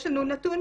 יש לנו נתון,